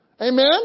Amen